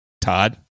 Todd